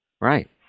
Right